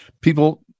people